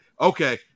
Okay